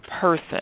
person